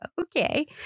Okay